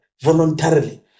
voluntarily